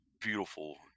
beautiful